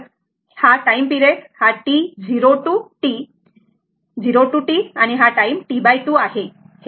आणि हे हा टाईम पिरियड हा T 0 टु T आहे आणि हा टाइम T2 आहे बरोबर